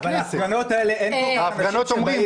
אבל להפגנות האלה אין כל כך הרבה אנשים שבאים,